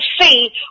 see